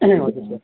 ए हजुर सर